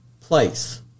place